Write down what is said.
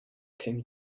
came